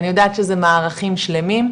אני יודעת שזה מערכים שלמים,